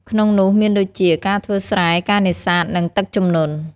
ក្នុងនោះមានដូចជា ការធ្វើស្រែ ការនេសាទ និង ទឹកជំនន់។